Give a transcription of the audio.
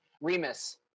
Remus